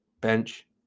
bench